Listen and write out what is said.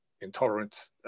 intolerant